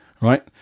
right